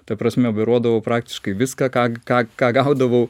ta prasme operuodavau praktiškai viską ką ką ką gaudavau